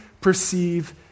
perceive